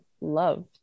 loved